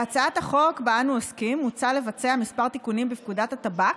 בהצעת החוק שבה אנחנו עוסקים מוצע לבצע כמה תיקונים בפקודת הטבק,